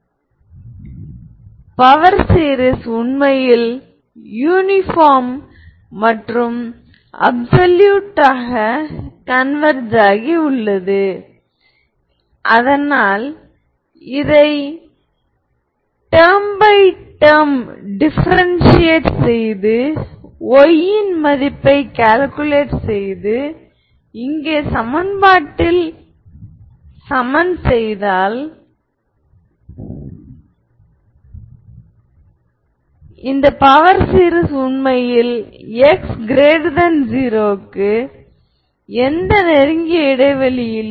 v மற்றும் v ஐ நீங்கள் v ன் லீனியர்லி இன்டெபேன்டென்ட் ரியல் மற்றும் இமாஜினரி பார்ட் ஆக தேர்வு செய்தால் இதன் கூட்டு தொகை மற்றும் வேறுபாடுகளும் லீனியர்லி இன்டெபேன்டென்ட்